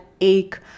ache